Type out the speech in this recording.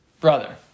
brother